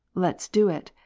let's do it,